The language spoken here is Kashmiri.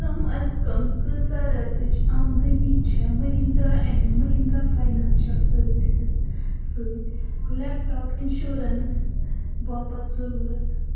کم اَز کم کۭژاہ رٮ۪تٕچ آمدٕنی چھےٚ Mahindra and Mahindra financial services سۭتۍ لیپ ٹاپ اِنشورَنٛس باپتھ ضروٗرت